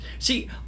See